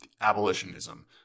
abolitionism